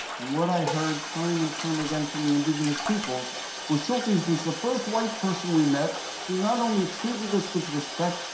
and what i heard time and time again from the indigenous peoples was schultes was the first white person we met who not only treated us with respect,